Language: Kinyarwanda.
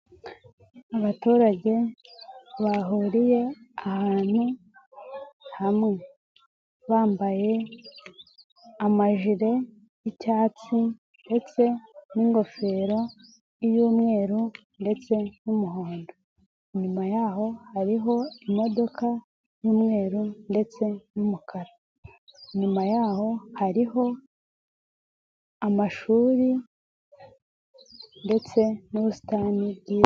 Abaturage bahuriye ahantu hamwe, bambaye amajire y'icyatsi ndetse n'ingofero y'umweru ndetse n'umuhondo, inyuma y'aho hariho imodoka y'umweru ndetse n'umukara, inyuma y'aho hariho amashuri ndetse n'ubusitani.